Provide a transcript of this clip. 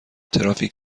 ترافیک